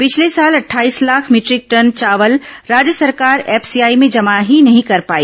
पिछले साल अटठाईस लाख मीटरिक टन चावल राज्य सरकार एफसीआई में जमा ही नहीं कर पाई